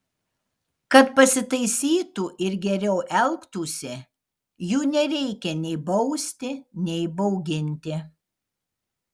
kad pasitaisytų ir geriau elgtųsi jų nereikia nei bausti nei bauginti